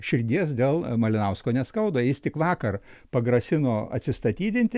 širdies dėl malinausko neskauda jis tik vakar pagrasino atsistatydinti